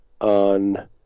on